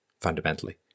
fundamentally